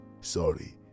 sorry